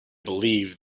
believe